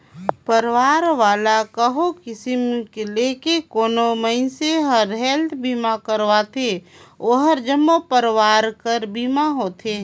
परवार वाला कहो स्कीम लेके कोनो मइनसे हर हेल्थ बीमा करवाथें ओ हर जम्मो परवार के बीमा होथे